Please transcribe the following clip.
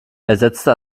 ersetzte